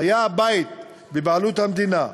היה הבית בבעלות המדינה,